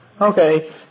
Okay